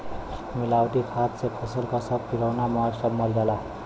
मिलावटी खाद से फसल क सब किरौना सब मर जाला